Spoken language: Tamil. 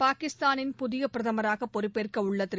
பாகிஸ்தானின் புதிய பிரதமராக பொறுப்பேற்கவுள்ள திரு